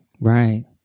Right